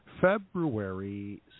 February